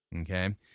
Okay